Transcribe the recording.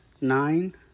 nine